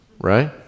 right